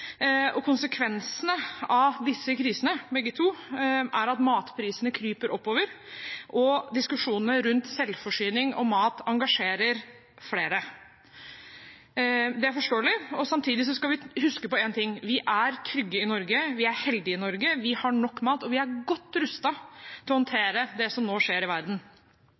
og konsekvensene av disse krisene – begge to – er at matprisene kryper oppover, og diskusjonene rundt selvforsyning og mat engasjerer flere. Det er forståelig. Samtidig skal vi huske på én ting: Vi er trygge i Norge, vi er heldige i Norge, vi har nok mat, og vi er godt rustet til å håndtere det som nå skjer i verden.